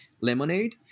Lemonade